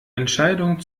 entscheidung